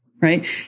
right